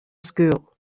school